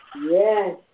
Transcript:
Yes